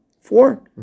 four